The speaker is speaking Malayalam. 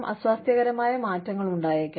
അസ്വാസ്ഥ്യകരമായ മാറ്റങ്ങൾ ഉണ്ടായേക്കാം